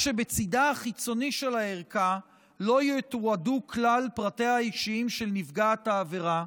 שבצידה החיצוני של הערכה לא יתועדו כלל פרטיה האישיים של נפגעת העבירה,